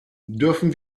dürfen